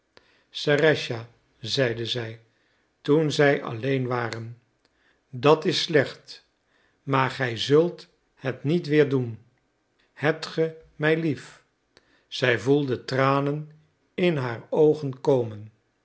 serëscha zeide zij toen zij alleen waren dat is slecht maar gij zult het niet weer doen hebt ge mij lief zij voelde tranen in haar oogen komen